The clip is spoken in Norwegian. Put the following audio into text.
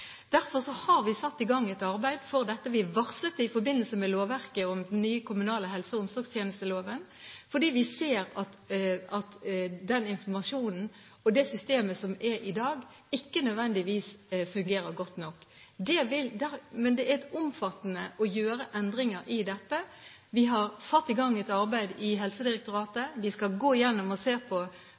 Derfor har vi satt i gang et arbeid for dette. Vi varslet det i forbindelse med lovverket om den nye kommunale helse- og omsorgstjenesteloven, for vi ser at den informasjonen og det systemet som er i dag, ikke nødvendigvis fungerer godt nok. Men det er omfattende å gjøre endringer i dette. Vi har satt i gang et arbeid i Helsedirektoratet, vi skal gå igjennom og se på